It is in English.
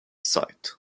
site